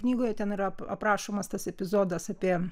knygoje ten yra ap aprašomas tas epizodas apie